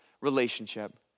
relationship